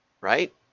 right